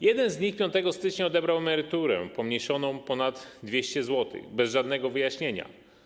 Jeden z nich 5 stycznia odebrał emeryturę pomniejszoną o ponad 200 zł, bez żadnego wyjaśnienia.